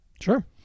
Sure